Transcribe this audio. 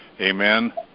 Amen